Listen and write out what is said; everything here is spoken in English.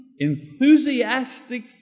Enthusiastic